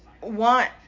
want